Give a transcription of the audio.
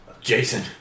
Jason